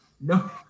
No